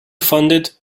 funded